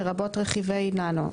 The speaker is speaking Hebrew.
לרבות רכיבי ננו,